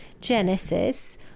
Genesis